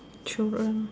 children